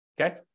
okay